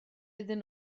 iddyn